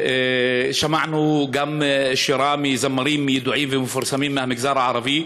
שמענו גם שירה של זמרים ידועים ומפורסמים מהמגזר הערבי,